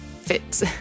fits